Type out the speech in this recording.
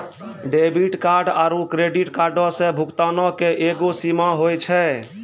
debit card आरू credit कार्डो से भुगतानो के एगो सीमा होय छै